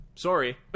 Sorry